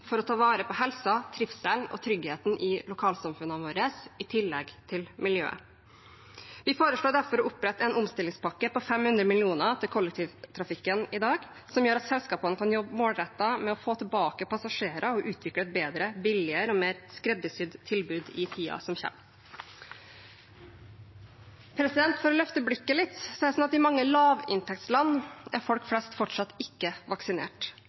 for å ta vare på helsen, trivselen og tryggheten i lokalsamfunnene våre, i tillegg til miljøet. Vi foreslår derfor å opprette en omstillingspakke på 500 mill. kr til kollektivtrafikken i dag, som gjør at selskapene kan jobbe målrettet med å få tilbake passasjerer og utvikle et bedre, billigere og mer skreddersydd tilbud i tiden som kommer. Jeg vil løfte blikket litt: I mange lavinntektsland er folk flest fortsatt ikke vaksinert.